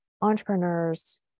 entrepreneurs